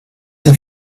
the